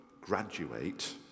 graduate